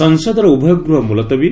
ସଂସଦର ଉଭୟ ଗୃହର ମୁଲତବୀ